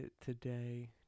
today